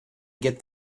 get